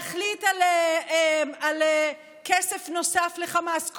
להחליט על כסף נוסף לחמאס,